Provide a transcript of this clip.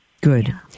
Good